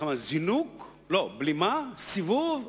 איך אמרו, בלימה, סיבוב והמראה.